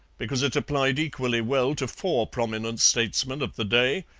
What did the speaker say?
because it applied equally well to four prominent statesmen of the day,